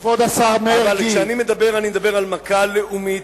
אבל כשאני מדבר, אני מדבר על מכה לאומית.